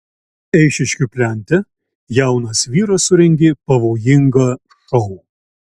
eišiškių plente jaunas vyras surengė pavojingą šou